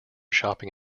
shopping